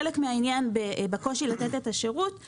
העניין בקושי לתת את השירות הוא